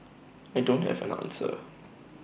I don't have an answer